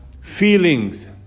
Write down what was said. feelings